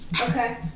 Okay